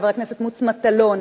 חבר הכנסת מוץ מטלון,